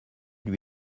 lui